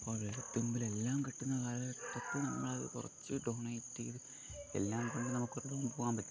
അപ്പോൾ വിരൽത്തുമ്പിൽ എല്ലാം കിട്ടുന്ന കാലഘട്ടത്ത് നമ്മൾ അത് കുറച്ച് ഡൊണേറ്റ് ചെയ്ത് എല്ലാം കൊണ്ട് നമുക്ക് ഒരു ഇടവും പോവാൻ പറ്റത്തില്ല